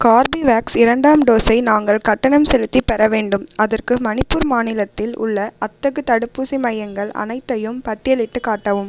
Corbevax இரண்டாம் டோஸை நாங்கள் கட்டணம் செலுத்திப் பெற வேண்டும் அதற்கு மணிப்பூர் மாநிலத்தில் உள்ள அத்தகு தடுப்பூசி மையங்கள் அனைத்தையும் பட்டியலிட்டுக் காட்டவும்